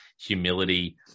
humility